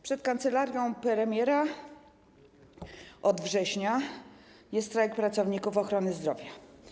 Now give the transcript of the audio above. Przed kancelarią premiera od września trwa strajk pracowników ochrony zdrowia.